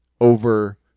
over